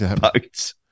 boats